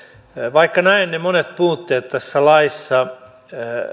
vaikka näen ne monet puutteet tässä laissa